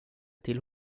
till